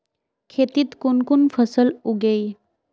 खेतीत कुन कुन फसल उगेई?